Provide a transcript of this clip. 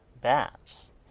bats